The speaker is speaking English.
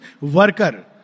worker